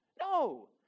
No